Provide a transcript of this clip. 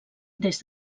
des